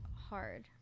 hard